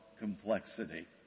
complexity